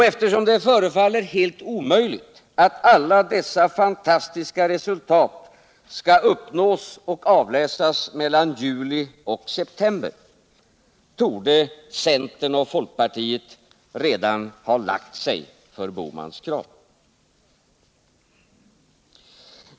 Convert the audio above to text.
Eftersom det förefaller helt omöjligt att alla dessa fantastiska resultat skall uppnås och avläsas mellan juli och september, torde centern och folkpartiet redan ha lagt sig för Gösta Bohmans krav.